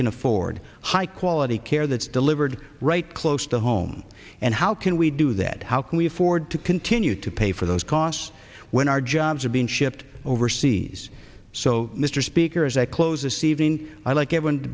can afford high quality care that's delivered right close to home and how can we do that how can we afford to continue to pay for those costs when our jobs are being shipped overseas so mr speaker as i close the ceiling i like